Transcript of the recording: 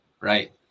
Right